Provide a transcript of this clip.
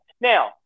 Now